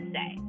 say